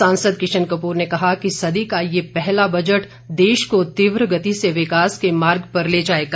सांसद किशन कपूर ने कहा कि सदी का ये पहला बजट देश को तीव्र गति से विकास के मार्ग पर ले जाएगा